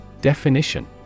Definition